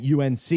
UNC